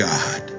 God